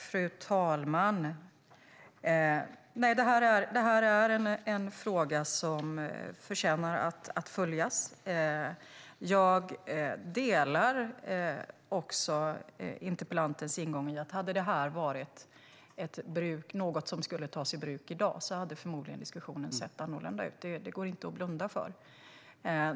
Fru talman! Omskärelse är en fråga som förtjänar att följas. Jag instämmer också i interpellantens ingång till frågan att om det hade varit fråga om något som skulle tas i bruk i dag hade diskussionen förmodligen sett annorlunda ut. Det går inte att blunda för.